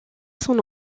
son